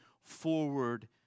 forward